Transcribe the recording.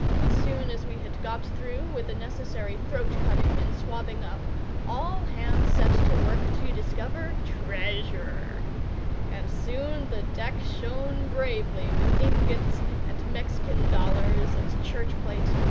as soon as we had got through with the necessary throat-cutting and swabbing-up all hands set to work to discover treasure and soon the deck shone bravely with ingots and mexican dollars and church plate.